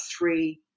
three